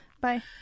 Bye